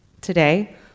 today